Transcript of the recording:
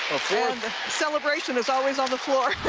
and the celebration is always on the floor.